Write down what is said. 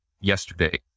yesterday